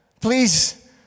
Please